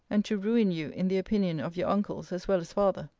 and to ruin you in the opinion of your uncles as well as father.